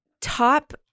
top